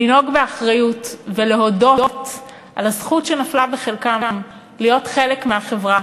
לנהוג באחריות ולהודות על הזכות שנפלה בחלקם להיות חלק מהחברה.